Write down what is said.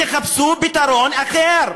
תחפשו פתרון אחר.